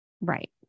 Right